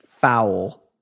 foul